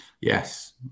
Yes